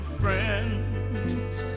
friends